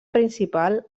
principal